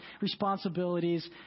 responsibilities